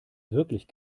wirklich